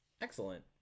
Excellent